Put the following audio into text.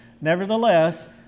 Nevertheless